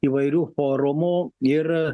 įvairių forumų ir